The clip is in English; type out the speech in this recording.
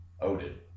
Odin